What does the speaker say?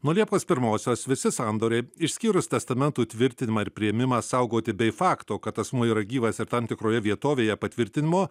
nuo liepos pirmosios visi sandoriai išskyrus testamentų tvirtinimą ir priėmimą saugoti bei fakto kad asmuo yra gyvas ir tam tikroje vietovėje patvirtinimo